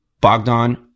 Bogdan